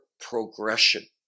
progression